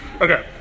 Okay